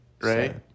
right